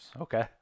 Okay